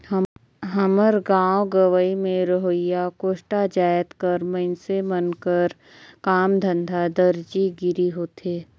हमर गाँव गंवई में रहोइया कोस्टा जाएत कर मइनसे मन कर काम धंधा दरजी गिरी होथे